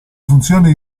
funzioni